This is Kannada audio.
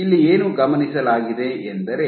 ಇಲ್ಲಿ ಏನು ಗಮನಿಸಲಾಗಿದೆ ಎಂದರೆ